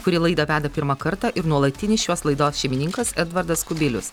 kuri laidą veda pirmą kartą ir nuolatinis šios laidos šeimininkas edvardas kubilius